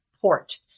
port